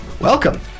Welcome